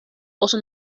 also